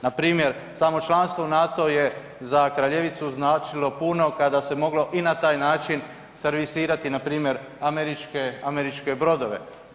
Npr. samo članstvo u NATO je za Kraljevicu značilo puno kada se moglo i na taj način servisirati npr. američke brodove.